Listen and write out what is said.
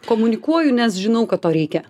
komunikuoju nes žinau kad to reikia